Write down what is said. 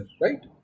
right